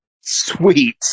Sweet